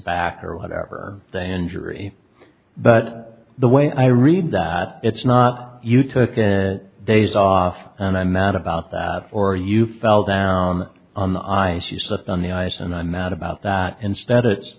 back or whatever the injury but the way i read that it's not you took days off and i'm mad about that or you fell down on the ice you slipped on the ice and i'm mad about that instead